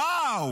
וואו.